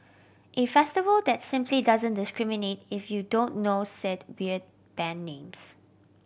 a festival that simply doesn't discriminate if you don't know said weird band names